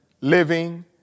living